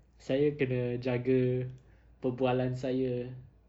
saya kena jaga perbualan saya